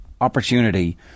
opportunity